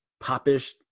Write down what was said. popish